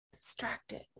distracted